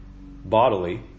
bodily